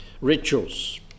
rituals